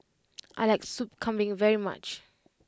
I like sup kambing very much